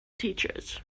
teachers